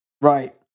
Right